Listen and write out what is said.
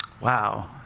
Wow